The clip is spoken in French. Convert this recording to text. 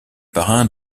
parrain